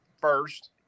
first